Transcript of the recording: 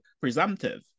presumptive